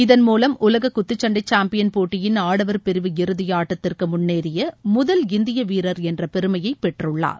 இதன் மூலம் உலக குத்துச்சண்டை சாம்பியன் போட்டியின் ஆடவர் பிரிவு இறுதி ஆட்டத்திற்கு முன்னேறிய முதல் இந்திய வீரர் என்ற பெருமையை பெற்றுள்ளார்